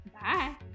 Bye